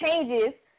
changes